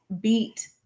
beat